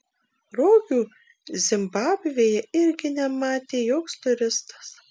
rogių zimbabvėje irgi nematė joks turistas